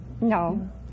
No